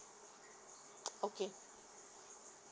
okay